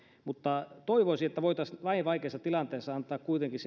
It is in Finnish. mutta toivoisin että voitaisiin näin vaikeassa tilanteessa antaa kuitenkin